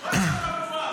ראש החבורה.